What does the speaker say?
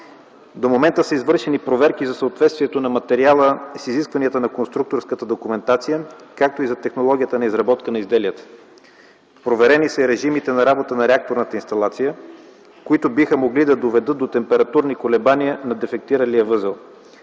До момента са извършени проверки за съответствието на материала с изискванията на конструкторската документация, както и за технологията на изработка на изделието. Проверени са режимите на работа на реакторната инсталация, които биха могли да доведат до температурни колебания на дефектиралия възел.